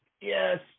Yes